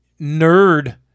nerd